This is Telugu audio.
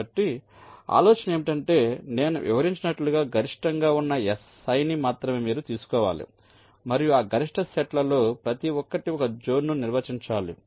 కాబట్టి ఆలోచన ఏమిటంటే నేను వివరించినట్లుగా గరిష్టంగా ఉన్న Si ని మాత్రమే మీరు తీసుకోవాలి మరియు ఆ గరిష్ట సెట్లలో ప్రతి ఒక్కటి ఒక జోన్ను నిర్వచించాలి